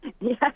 Yes